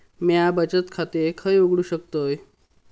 म्या बचत खाते खय उघडू शकतय?